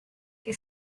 que